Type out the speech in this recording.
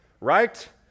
Right